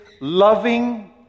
loving